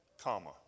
Comma